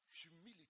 humility